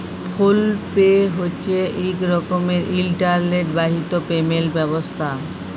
ফোল pay হছে ইক রকমের ইলটারলেট বাহিত পেমেলট ব্যবস্থা